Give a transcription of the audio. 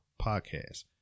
podcast